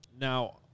now